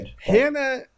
Hannah